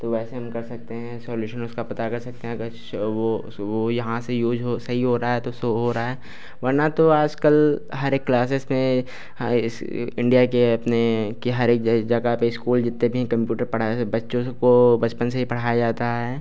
तो वैसे हम कर सकते हैं सॉल्यूशन उसका पता कर सकते हैं अगर वो सो वो यहाँ से यूज हो सही हो रहा है तो सो हो रहा है वरना तो आज कल हर एक क्लासेस में हाँ ऐसे ये इंडिया के अपने कि हर एक जगह पे इस्कूल जितने भी हैं कम्पुटर पढ़ाया बच्चों सबको बचपन से ही पढ़ाया जाता है